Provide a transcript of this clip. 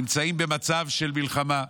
נמצאים במצב של מלחמה.